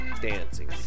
dancing